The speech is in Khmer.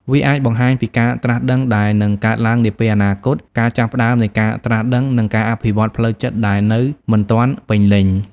វាអាចបង្ហាញពីការត្រាស់ដឹងដែលនឹងកើតឡើងនាពេលអនាគត ការចាប់ផ្តើមនៃការត្រាស់ដឹង និងការអភិវឌ្ឍផ្លូវចិត្តដែលនៅមិនទាន់ពេញលេញ។